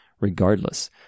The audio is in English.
regardless